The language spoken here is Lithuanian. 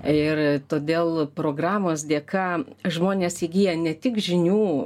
ir todėl programos dėka žmonės įgyja ne tik žinių